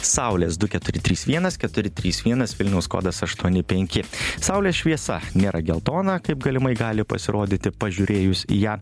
saulės du keturi trys vienas keturi trys vienas vilniaus kodas aštuoni penki saulės šviesa nėra geltona kaip galimai gali pasirodyti pažiūrėjus į ją